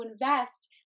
invest